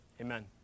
Amen